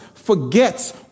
forgets